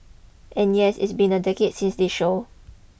and yes it's been a decade since this show